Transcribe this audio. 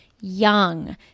young